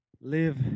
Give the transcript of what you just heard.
live